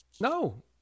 No